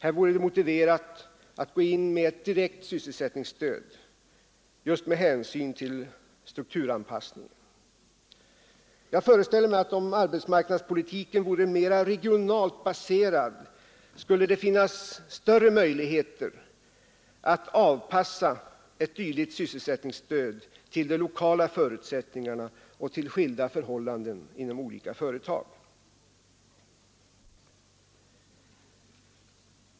Här vore det motiverat att gå in med ett direkt sysselsättningsstöd just med hänsyn till strukturanpassningen. Jag föreställer mig att om arbetsmarknadspolitiken vore mera regionalt baserad, skulle det finnas större möjligheter att anpassa ett dylikt sysselsättningsstöd till de lokala förutsättningarna och till skilda förhållanden inom olika företag.